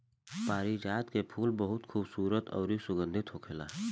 पारिजात के फूल बहुत खुबसूरत अउरी सुगंधित होखेला